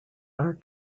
are